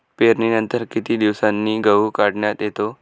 पेरणीनंतर किती दिवसांनी गहू काढण्यात येतो?